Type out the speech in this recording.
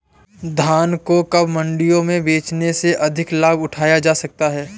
धान को कब मंडियों में बेचने से अधिक लाभ उठाया जा सकता है?